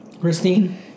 Christine